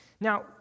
Now